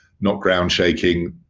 not ground shaking,